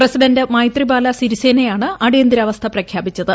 president Maithripala സിരിസേനയാണ് അടിയന്തിരാവസ്ഥ പ്രഖ്യാപിച്ചത്